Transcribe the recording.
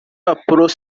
apollo